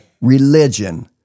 religion